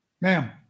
Ma'am